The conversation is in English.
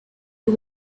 you